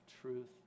truth